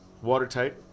Watertight